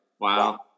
Wow